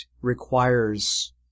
requires